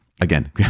Again